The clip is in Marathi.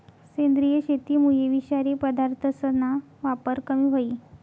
सेंद्रिय शेतीमुये विषारी पदार्थसना वापर कमी व्हयी